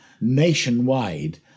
nationwide